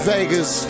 Vegas